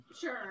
Sure